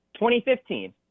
2015